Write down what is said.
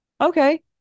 okay